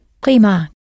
Prima